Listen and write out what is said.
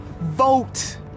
vote